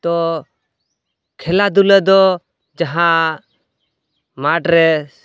ᱛᱚ ᱠᱷᱮᱞᱟ ᱫᱷᱩᱞᱟᱹᱫᱚ ᱡᱟᱦᱟᱸ ᱢᱟᱴᱨᱮ